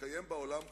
והתקיים בעולם כולו,